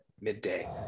midday